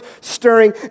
stirring